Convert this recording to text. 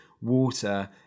water